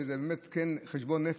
שזה באמת חשבון נפש,